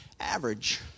average